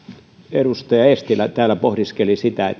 edustaja eestilä täällä pohdiskeli sitä